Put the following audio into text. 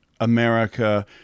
America